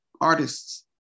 artists